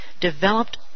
developed